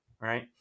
right